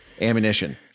ammunition